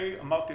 אמרתי,